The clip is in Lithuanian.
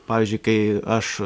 pavyzdžiui kai aš